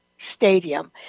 Stadium